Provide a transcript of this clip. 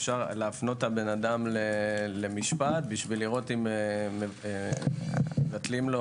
אפשר להפנות את האדם למשפט כדי לראות אם מבטלים לו